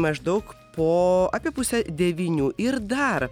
maždaug po apie pusę devynių ir dar